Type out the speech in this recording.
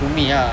to me ah